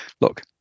look